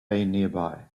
nearby